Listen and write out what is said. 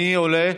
מי עולה?